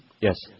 Yes